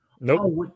Nope